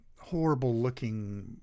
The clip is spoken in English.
horrible-looking